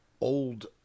old